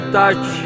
touch